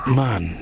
man